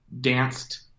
danced